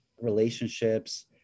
relationships